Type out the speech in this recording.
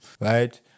right